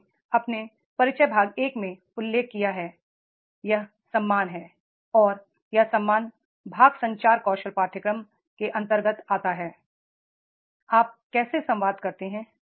मैंने अपने परिचय भाग एक में उल्लेख किया है यह सम्मान है और यह सम्मान भाग संचार कौशल पाठ्यक्रम के अंतर्गत आता है आप कैसे संवाद करते हैं